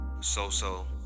So-so